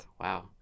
Wow